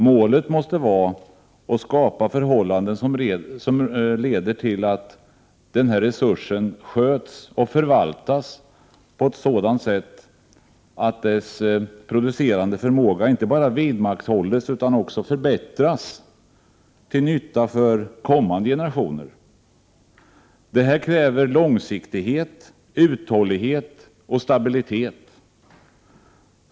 Målet måste vara att skapa förhållanden som leder till att denna resurs sköts och förvaltas på ett sådant sätt att dess producerande förmåga inte bara vidmakthålls utan också förbättras till gagn för kommande generationer. Detta kräver långsiktighet, uthållighet och stabilitet.